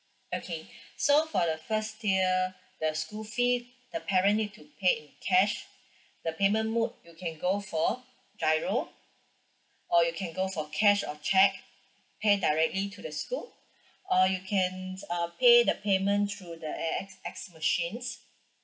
okay so for the first tier the school fee the parent need to pay cash the payment mode you can go for giro or you can go for cash or cheque pay directly to the school or you can uh pay the payment through the A_S_X machines